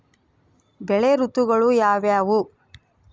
ಬೆಳೆ ಋತುಗಳು ಯಾವ್ಯಾವು?